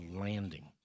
landing